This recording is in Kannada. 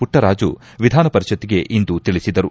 ಪುಟ್ಟರಾಜು ವಿಧಾನಪರಿಷತ್ತಿಗೆ ಇಂದು ತಿಳಿಸಿದರು